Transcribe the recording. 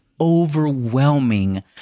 overwhelming